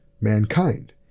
mankind